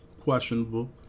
Questionable